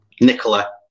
Nicola